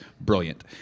brilliant